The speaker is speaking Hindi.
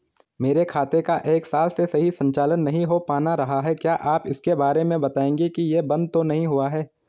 मेरे खाते का एक साल से सही से संचालन नहीं हो पाना रहा है क्या आप इसके बारे में बताएँगे कि ये बन्द तो नहीं हुआ है?